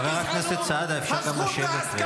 חבר הכנסת סעדה, אפשר גם לשבת.